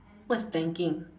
what's planking